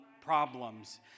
problems